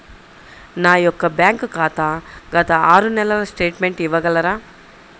నా యొక్క బ్యాంక్ ఖాతా గత ఆరు నెలల స్టేట్మెంట్ ఇవ్వగలరా?